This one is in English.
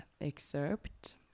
excerpt